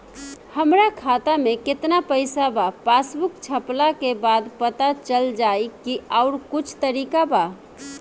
हमरा खाता में केतना पइसा बा पासबुक छपला के बाद पता चल जाई कि आउर कुछ तरिका बा?